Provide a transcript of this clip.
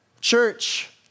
Church